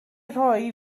rhoi